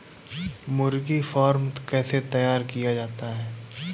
मुर्गी फार्म कैसे तैयार किया जाता है?